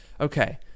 okay